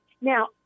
now